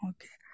Okay